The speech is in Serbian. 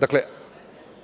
Dakle,